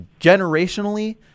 generationally